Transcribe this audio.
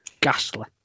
Ghastly